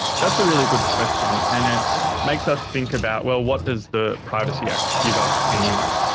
that's a really good question and it makes us think about, well, what does the privacy act give us anyway.